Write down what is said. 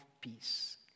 peace